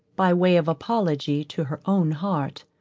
by way of apology to her own heart,